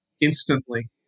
instantly